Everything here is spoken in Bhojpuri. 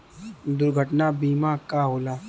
दुर्घटना बीमा का होला?